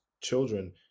children